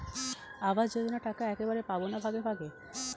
আবাস যোজনা টাকা একবারে পাব না ভাগে ভাগে?